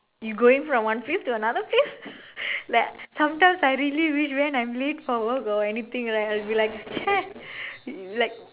you going from one place to another place like sometimes I really wish when I'm late for work or anything right I'll be like ச்சே:chsee like